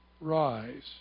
rise